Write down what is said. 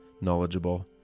knowledgeable